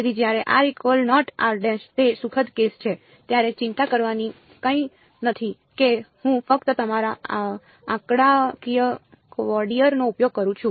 તેથી જ્યારે તે સુખદ કેસ છે ત્યારે ચિંતા કરવાની કંઈ નથી કે હું ફક્ત તમારા આંકડાકીય ક્વોડરેચર નો ઉપયોગ કરું છું